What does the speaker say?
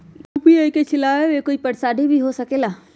UPI के चलावे मे कोई परेशानी भी हो सकेला?